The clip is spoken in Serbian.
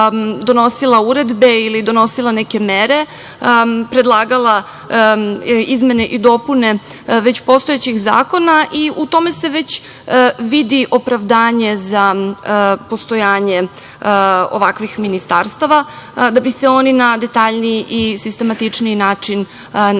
donosila uredbe ili donosila neke mere, predlagala izmene i dopune već postojećih zakona i u tome se već vidi opravdanje za postojanje ovakvih ministarstava, da bi se oni na detaljniji i sistematičniji način bavili